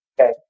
Okay